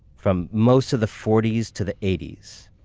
from most of the forty s to the eighty s,